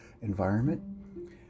environment